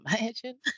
imagine